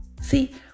See